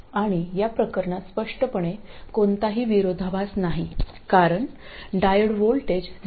आणि या प्रकरणात स्पष्टपणे कोणताही विरोधाभास नाही कारण डायोड व्होल्टेज 0